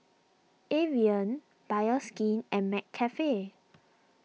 Evian Bioskin and McCafe